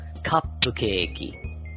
cupcake